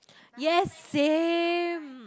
yes same